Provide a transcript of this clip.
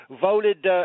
voted